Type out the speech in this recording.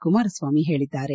ಕುಮಾರಸ್ವಾಮಿ ಹೇಳಿದ್ದಾರೆ